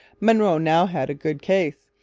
monroe now had a good case.